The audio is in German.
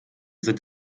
sind